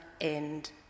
end